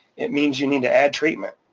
it means you need to add treatment,